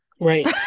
Right